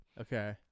Okay